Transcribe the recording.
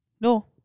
No